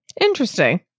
Interesting